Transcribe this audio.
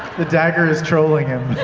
the dagger is trolling him